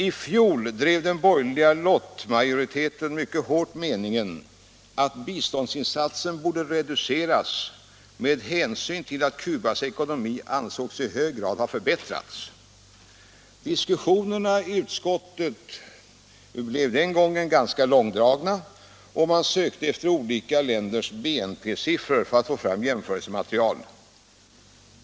I fjol drev den borgerliga lottmajoriteten mycket hårt den meningen att biståndsinsatsen borde reduceras med hänsyn till att Cubas ekonomi ansågs i hög grad ha förbättrats. Diskussionerna i utskottet blev den gången ganska långdragna, och man sökte efter olika länders BNP-siffror för att få fram jämförelsematerial.